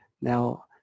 Now